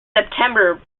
september